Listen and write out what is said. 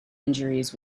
injuries